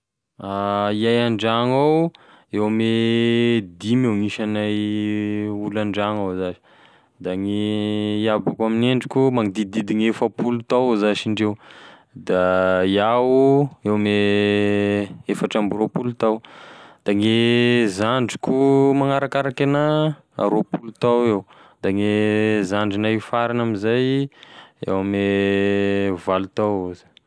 Iahy andrano ao eo ame dimy eo gn'isagnay olo andragno ao zany da gne iabako amign'iendriko magnodidididigny efapolo tao eo zash indreo, da iaho eo ame efatra amby roapolo tao, da gne zandriko magnarakaraky anahy roapolo tao e da gne zandrinay farany amzay eo ame valo tao eo izy.